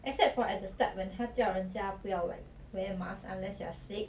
except for at the start when 他叫人家不要 like wear mask unless you are sick